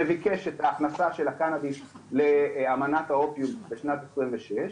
שביקש את ההכנסה של הקנאביס לאמנת האופיום בשנת 26,